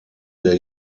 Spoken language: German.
der